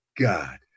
God